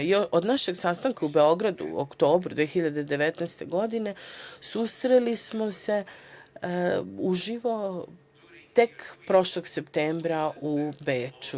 Od našeg sastanka u Beogradu, u oktobru 2019. godine, susreli smo se uživo tek prošlog septembra u Beču.